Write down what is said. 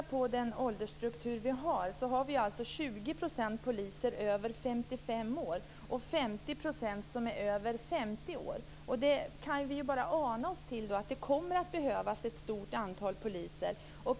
Fru talman! När det gäller åldersstrukturen finns är det alltså 20 % av alla poliser som är över 55 år och 50 % som är över 50 år. Det kommer alltså att behövas ett stort antal poliser.